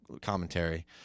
commentary